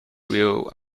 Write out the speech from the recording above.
will